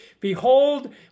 Behold